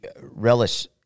relish